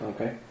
Okay